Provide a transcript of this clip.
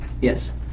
Yes